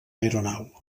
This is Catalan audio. aeronau